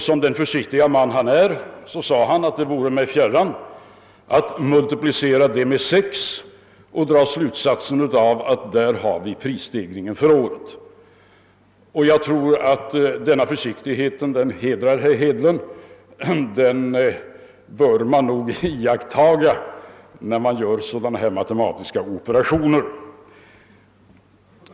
Som den försiktige man han är sade han, att det var honom fjärran att multiplicera det med sex för att få fram prisstegringen under hela året. Jag tror att denna försiktighet hedrar herr Hedlund. Den bör man nog iaktta, när man gör sådana här matematiska operationer.